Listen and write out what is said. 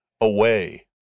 Away